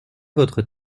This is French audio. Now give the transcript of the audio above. votre